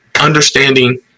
understanding